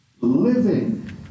living